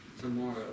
tomorrow